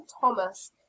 thomas